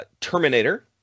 Terminator